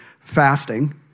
fasting